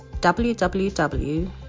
www